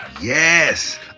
yes